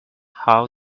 how